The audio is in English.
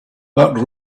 that